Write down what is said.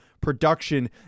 production